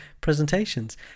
presentations